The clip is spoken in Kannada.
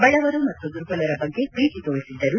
ಬಡವರು ಮತ್ತು ದುರ್ಬಲರ ಬಗ್ಗೆ ಪ್ರೀತಿ ತೋರಿಸಿದ್ದರು